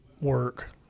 work